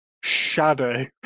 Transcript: Shadow